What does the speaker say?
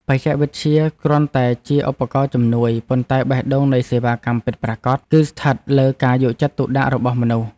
បច្ចេកវិទ្យាគ្រាន់តែជាឧបករណ៍ជំនួយ ប៉ុន្តែបេះដូងនៃសេវាកម្មពិតប្រាកដ គឺស្ថិតលើការយកចិត្តទុកដាក់របស់មនុស្ស។